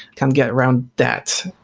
can't get around that.